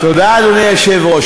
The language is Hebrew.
תודה, אדוני היושב-ראש.